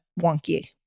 wonky